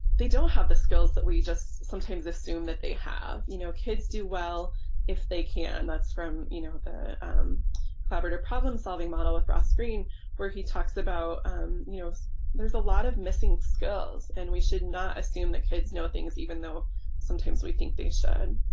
they don't have the skills that we just sometimes assume that they have. you know kids do well if they can and that's from you know the collaborative problem-solving model with ross greene where he talks about you know there's a lot of missing skills and we should not assume that kids know things even though sometimes we think they should.